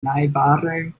najbaraj